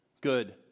good